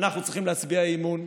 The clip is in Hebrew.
אנחנו צריכים להצביע אי-אמון,